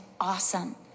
awesome